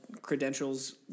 credentials